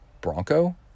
Bronco